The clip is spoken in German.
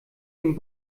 dem